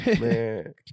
Man